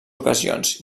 ocasions